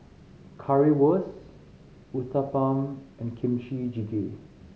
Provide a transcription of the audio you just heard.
Currywurst Uthapam and Kimchi Jjigae